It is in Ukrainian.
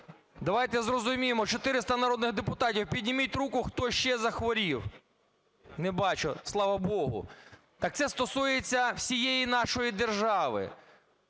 Давайте зрозуміємо, 400 народних депутатів… підійміть руку, хто ще захворів? Не бачу. Слава Богу! Так це стосується всієї нашої держави.